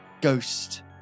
Ghost